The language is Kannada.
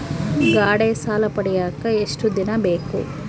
ಗಾಡೇ ಸಾಲ ಪಡಿಯಾಕ ಎಷ್ಟು ದಿನ ಬೇಕು?